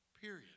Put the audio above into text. period